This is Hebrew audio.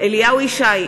אליהו ישי,